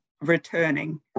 returning